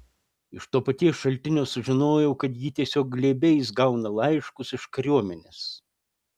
iš to paties šaltinio sužinojau kad ji tiesiog glėbiais gauna laiškus iš kariuomenės